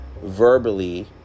verbally